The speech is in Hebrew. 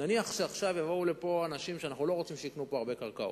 נניח שעכשיו יבואו לפה אנשים שאנחנו לא רוצים שיקנו פה הרבה קרקעות,